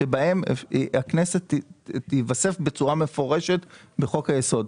שבהם הכנסת תיווסף בצורה מפורשת בחוק-היסוד.